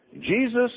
Jesus